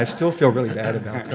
and still feel really bad